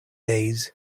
days